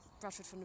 Bradford